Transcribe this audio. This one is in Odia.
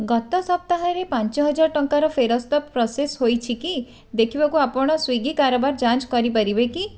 ଗତ ସପ୍ତାହରେ ପାଞ୍ଚ ହଜାର ଟଙ୍କାର ଫେରସ୍ତ ପ୍ରସେସ୍ ହୋଇଛି କି ଦେଖିବାକୁ ଆପଣ ସ୍ଵିଗି କାରବାର ଯାଞ୍ଚ କରିପାରିବେ କି